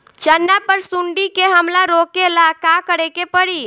चना पर सुंडी के हमला रोके ला का करे के परी?